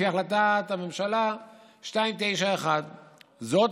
לפי החלטת ממשלה 291. זאת,